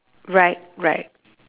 right right